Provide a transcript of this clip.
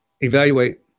evaluate